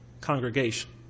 congregation